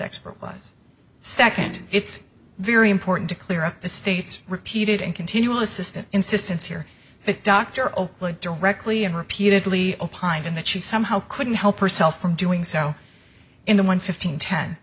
expert was second it's very important to clear up the state's repeated and continual assistant insistence here that dr openly directly and repeatedly opined that she somehow couldn't help herself from doing so in the one fifteen ten